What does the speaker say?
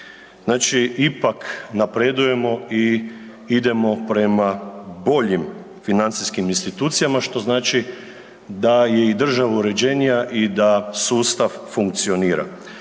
Znači ipak napredujemo i idemo prema boljim financijskim institucijama, što znači da je i država uređenija i da sustav funkcionira.